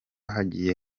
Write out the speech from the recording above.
hagiye